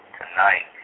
tonight